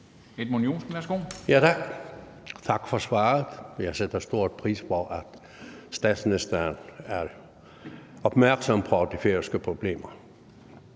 Jeg sætter stor pris på, at statsministeren er opmærksom på de færøske problemer.